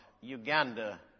Uganda